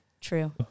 True